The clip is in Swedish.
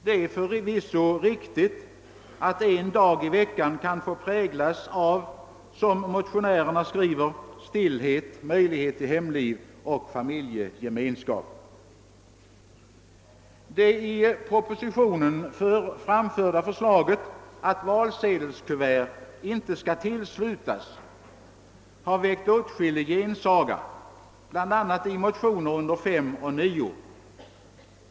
Det är förvisso riktigt att en dag i veckan kan präglas av, som motionärerna skriver, stillhet, möjlighet till hemliv och familjegemenskap. Det i propositionen framförda förslaget att valsedelskuverten inte skall tillslutas har väckt åtskillig gensaga, bl.a. i motioner under punkterna 5 och 9.